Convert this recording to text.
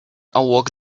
awoke